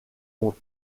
ont